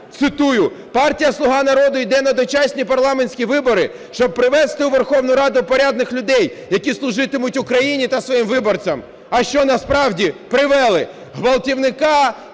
цитую: "Партія "Слуга народу" йде на дочасні парламентські вибори, щоб привести у Верховну Раду порядних людей, які служитимуть Україні та своїм виборцям". А що насправді привели? Гвалтівника,